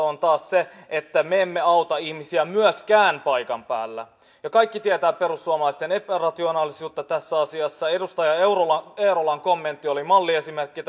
on taas se että me emme auta ihmisiä myöskään paikan päällä ja kaikki tietävät perussuomalaisten epärationaalisuuden tässä asiassa edustaja eerolan kommentti oli malliesimerkki